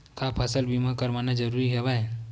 का फसल बीमा करवाना ज़रूरी हवय?